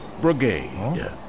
brigade